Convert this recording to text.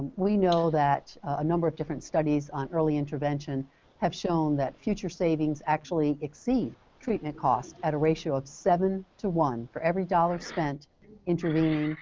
we know that a number of different studies on early intervention have shown that future savings actually exceed treatment cost at a ratio of seven to one. for every dollar spent intervening,